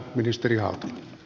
arvoisa puhemies